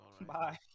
bye